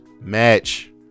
match